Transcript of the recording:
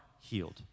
healed